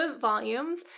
volumes